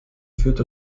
führte